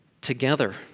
together